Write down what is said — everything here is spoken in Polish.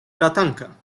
bratanka